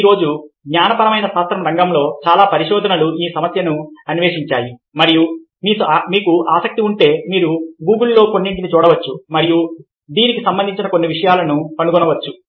ఈరోజు జ్ఞానపరమైన శాస్త్రం రంగంలో చాలా పరిశోధనలు ఈ సమస్యలను అన్వేషించాయి మరియు మీకు ఆసక్తి ఉంటే మీరు గూగుల్ లో కొన్నింటిని చూడవచ్చు మరియు దీనికి సంబంధించిన కొన్ని విషయాలను కనుగొనవచ్చు